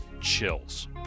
chills